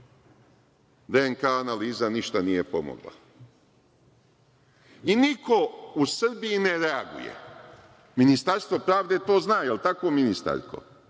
DNK analiza ništa nije pomogla i niko u Srbiji ne reaguje. Ministarstvo pravde to zna, jel tako ministarko?